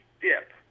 dip